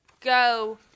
Go